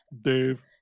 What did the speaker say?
Dave